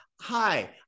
hi